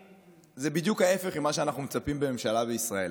זה בדיוק ההפך ממה שאנחנו מצפים מממשלה בישראל.